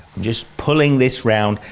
just pulling this round,